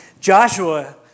Joshua